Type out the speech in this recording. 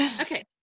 okay